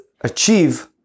achieve